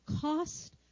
cost